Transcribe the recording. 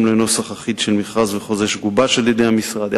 לנוסח אחיד של מכרז וחוזה שגובש על-ידי המשרד,